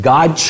God